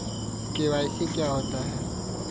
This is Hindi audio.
के.वाई.सी क्या होता है?